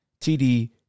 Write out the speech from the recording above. TD